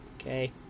Okay